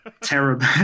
terrible